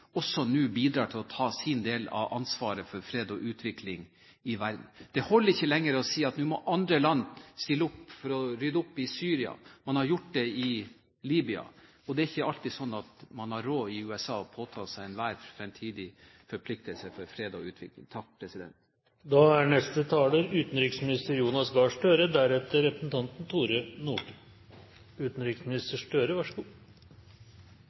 også nå bidrar til å ta sin del av ansvaret for fred og utvikling i verden. Det holder ikke lenger å si at nå må andre land stille opp for å rydde opp i Syria. Man har gjort det i Libya, og det er ikke alltid slik at man har råd i USA til å påta seg enhver fremtidig forpliktelse for fred og utvikling. Nå er ikke dette en kontroversiell melding, men det er